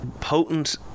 potent